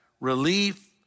relief